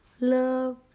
love